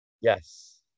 yes